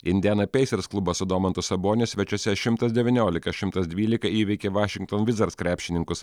indiana peisers klubas su domantu saboniu svečiuose šimtas devyniolika šimtas dvylika įveikė vašington vizards krepšininkus